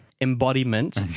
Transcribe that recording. embodiment